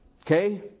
okay